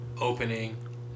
opening